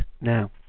now